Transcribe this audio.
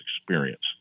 experience